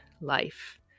life